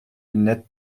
lunettes